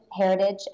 heritage